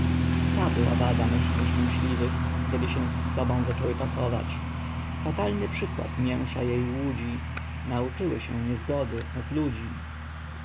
ta była wada myszy nieszczęśliwych kiedy się z sobą zaczęły pasować fatalny przykład mięsza je i łudzi nauczyły sie niezgody od ludzi